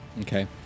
Okay